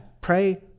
pray